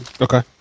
Okay